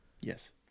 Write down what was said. Yes